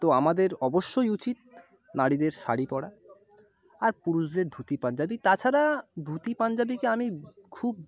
তো আমাদের অবশ্যই উচিত নারীদের শাড়ি পরা আর পুরুষদের ধুতি পাঞ্জাবি তাছাড়া ধুতি পাঞ্জাবিকে আমি খুব